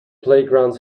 playgrounds